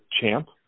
Champ